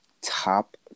top